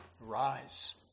rise